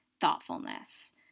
thoughtfulness